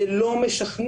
זה לא משכנע.